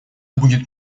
будет